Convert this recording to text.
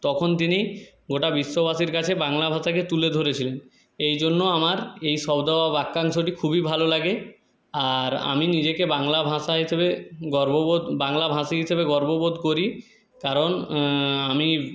তখন তিনি গোটা বিশ্ববাসীর কাছে বাংলা ভাষাকে তুলে ধরেছিলেন এই জন্য আমার এই শব্দ বা বাক্যাংশটি খুবই ভালো লাগে আর আমি নিজেকে বাংলা ভাষা হিসাবে গর্ববোধ বাংলাভাষী হিসেবে গর্ববোধ করি কারণ আমি